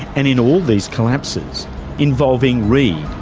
and in all these collapses involving reed,